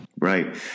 Right